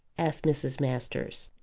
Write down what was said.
asked mrs. masters.